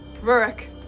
Rurik